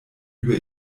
über